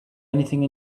anything